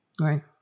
Right